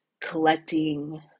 collecting